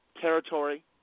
territory